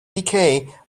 decay